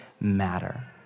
matter